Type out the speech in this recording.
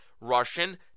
Russian